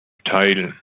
teil